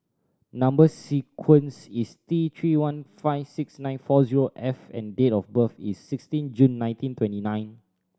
number sequence is T Three one five six nine four zero F and date of birth is sixteen June nineteen twenty nine